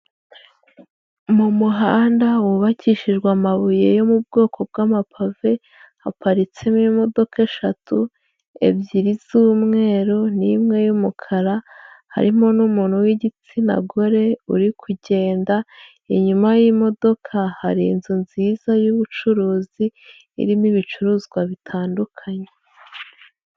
Mu muhanda wubakishijwe amabuye yo mu bwoko bw'amapave haparitsemo imodoka eshatu, ebyiri z'umweru n'imwe y'umukara, harimo n'umuntu w'igitsina gore uri kugenda, inyuma y'imodoka hari inzu nziza y'ubucuruzi irimo ibicuruzwa bitandukanye.